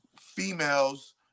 females